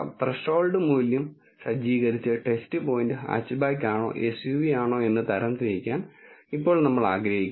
threshold മൂല്യം സജ്ജീകരിച്ച് test point hatchback ആണോ എസ്യുവിയാണോ എന്ന് തരംതിരിക്കാൻ ഇപ്പോൾ നമ്മൾ ആഗ്രഹിക്കുന്നു